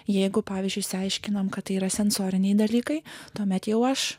jeigu pavyzdžiui išsiaiškinome kad tai yra sensoriniai dalykai tuomet jau aš